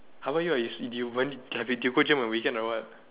how about you what you go gym on weekend or what